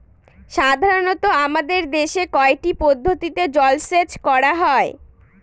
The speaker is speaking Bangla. সাধারনত আমাদের দেশে কয়টি পদ্ধতিতে জলসেচ করা হয়?